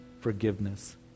Forgiveness